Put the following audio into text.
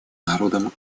народом